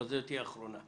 אבל זו תהיה הפעם האחרונה.